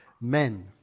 men